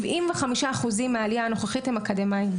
75% מהעלייה הנוכחית הם אקדמאיים.